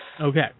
Okay